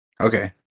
Okay